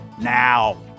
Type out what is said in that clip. now